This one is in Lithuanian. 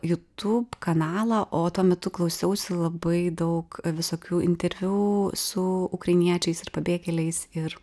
jutūb kanalą o tuo metu klausiausi labai daug visokių interviu su ukrainiečiais ir pabėgėliais ir